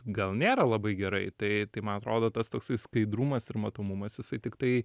gal nėra labai gerai tai tai man atrodo tas toksai skaidrumas ir matomumas jisai tiktai